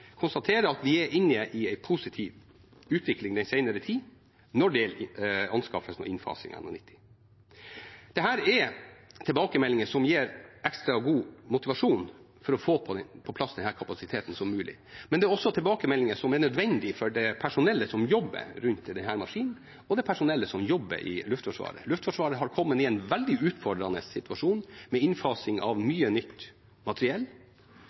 konstatere at vi har vært inne i en positiv utvikling den senere tid når de gjelder anskaffelsen og innfasingen av NH90. Dette er tilbakemeldinger som gir ekstra god motivasjon til å få på plass denne kapasiteten så raskt som mulig. Men det er også tilbakemeldinger som er nødvendige for det personellet som jobber rundt denne maskinen, og det personellet som jobber i Luftforsvaret. Luftforsvaret har kommet i en veldig utfordrende situasjon, med innfasing av mye nytt materiell.